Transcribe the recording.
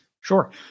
Sure